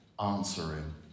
answering